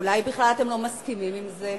אולי בכלל אתם לא מסכימים עם זה?